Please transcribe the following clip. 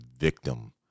victim